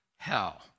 Hell